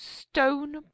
stone